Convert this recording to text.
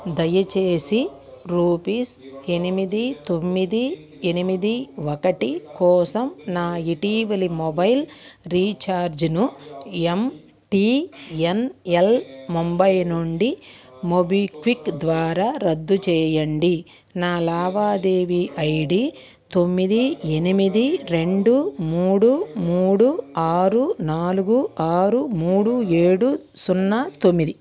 దయచేసి రూపీస్ ఎనిమిది తొమ్మిది ఎనిమిది ఒకటి కోసం నా ఇటీవలి మొబైల్ రీఛార్జ్ను ఎంటీఎన్ఎల్ ముంబై నుండి మొబిక్విక్ ద్వారా రద్దు చేయండి నా లావాదేవీ ఐడి తొమ్మిది ఎనిమిది రెండు మూడు మూడు ఆరు నాలుగు ఆరు మూడు ఏడు సున్నా తొమ్మిది